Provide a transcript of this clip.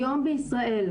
היום בישראל,